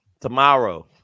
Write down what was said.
tomorrow